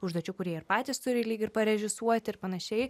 užduočių kur jie ir patys turi lyg ir režisuoti ir panašiai